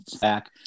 back